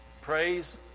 Praise